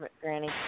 Granny